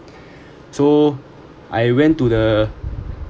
so I went to the